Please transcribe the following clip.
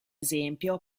esempio